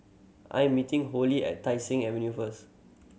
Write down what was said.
I'm meeting Holli at Tai Seng Avenue first